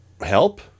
Help